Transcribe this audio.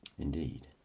Indeed